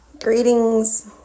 Greetings